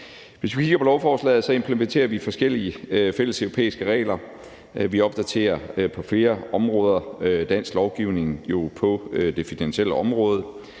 Hvis vi kigger på lovforslaget, implementerer vi forskellige fælles europæiske regler. Vi opdaterer på flere områder dansk lovgivning på det finansielle område.